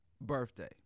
birthday